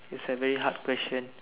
it's a very hard question